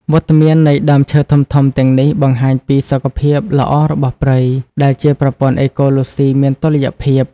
វត្តមាននៃដើមឈើធំៗទាំងនេះបង្ហាញពីសុខភាពល្អរបស់ព្រៃ ដែលជាប្រព័ន្ធអេកូឡូស៊ីមានតុល្យភាព។